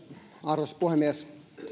arvoisa puhemies